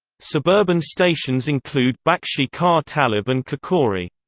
suburban stations include bakshi ka talab and kakori.